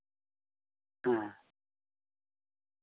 ᱦᱮᱸ